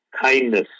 kindness